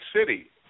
City